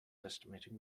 estimating